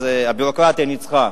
אז הביורוקרטיה ניצחה.